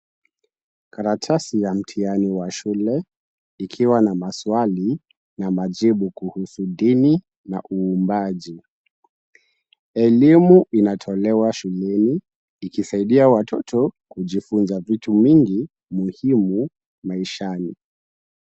Karatasi ya mtihani wa shule ikiwa na maswali na majibu kuhusu dini na uumbaji. Elimu inatolewa shuleni ikisaidia watoto kujifunza vitu mingi muhimu maishani.